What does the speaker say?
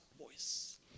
voice